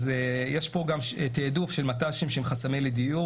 יש פה גם תעדוף של מט"שים שהם חסמי לדיור,